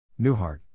Newhart